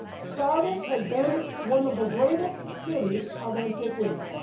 sardis had been one of the greatest cities of antiquity.